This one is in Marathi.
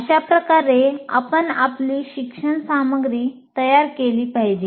अशाप्रकारे आपण आपली शिक्षण सामग्री तयार केली पाहिजे